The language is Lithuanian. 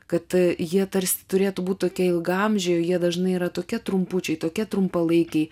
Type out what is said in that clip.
kad jie tarsi turėtų būt tokie ilgaamžiai o jie dažnai yra tokie trumpučiai tokie trumpalaikiai